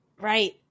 right